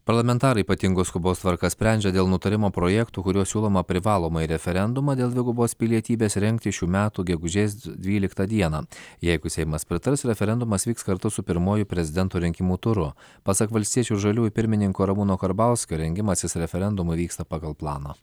parlamentarai ypatingos skubos tvarka sprendžia dėl nutarimo projektų kuriuo siūloma privalomąjį referendumą dėl dvigubos pilietybės rengti šių metų gegužės dvyliktą dieną jeigu seimas pritars referendumas vyks kartu su pirmuoju prezidento rinkimų turu pasak valstiečių ir žaliųjų pirmininko ramūno karbauskio rengimasis referendumui vyksta pagal planą